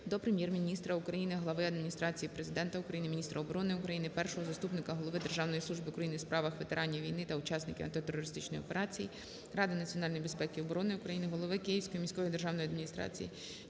до Прем'єр-міністра України, глави Адміністрації Президента України, міністра оборони України, першого заступника голови Державної служби України у справах ветеранів війни та учасників антитерористичної операції, Ради національної безпеки і оборони України, голови Київської міської державної адміністрації